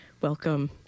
Welcome